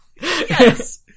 Yes